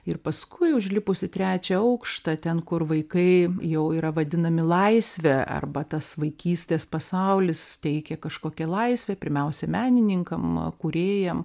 ir paskui užlipus į trečią aukštą ten kur vaikai jau yra vadinami laisve arba tas vaikystės pasaulis teikia kažkokią laisvę pirmiausia menininkam kūrėjam